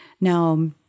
Now